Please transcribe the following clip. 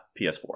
PS4